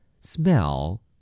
Smell